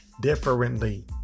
differently